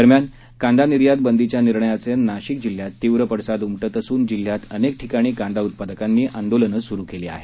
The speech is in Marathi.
दरम्यान कांदा निर्यात बंदीच्या निर्णयावर नाशिक जिल्ह्यात तीव्र पडसाद उमटत असून जिल्ह्यात अनेक ठिकाणी कांदा उत्पादकांनी आंदोलनं सूरू केली आहेत